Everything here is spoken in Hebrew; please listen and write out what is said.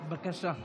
בבקשה.